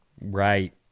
Right